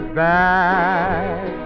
back